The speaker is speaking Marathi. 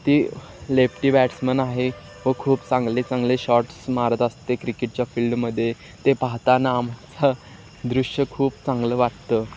ती लेफ्टी बॅट्समन आहे व खूप चांगले चांगले शॉट्स मारत असते क्रिकेटच्या फील्डमध्ये ते पाहताना आमचं दृश्य खूप चांगलं वाटतं